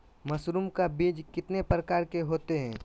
Mushroom का बीज कितने प्रकार के होते है?